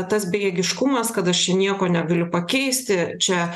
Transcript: tas bejėgiškumas kad aš čia nieko negaliu pakeisti čia